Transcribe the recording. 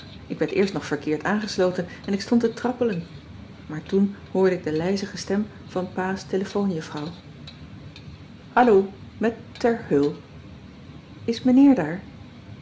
ik werd eerst nog verkeerd aangesloten en ik stond te trappelen maar toen hoorde ik de lijzige stem van pa's telefoonjuffrouw hallo mèt ter heul is mijnheer daar